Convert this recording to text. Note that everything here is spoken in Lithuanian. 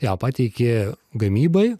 jo pateiki gamybai